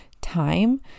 time